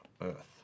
earth